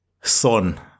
Son